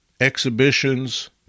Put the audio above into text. exhibitions